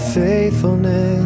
faithfulness